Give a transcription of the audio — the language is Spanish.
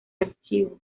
archivo